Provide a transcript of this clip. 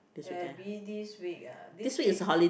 Abby this week ah this week